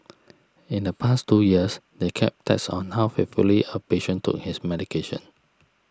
in the past two years they kept tabs on how faithfully a patient took his medication